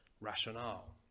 rationale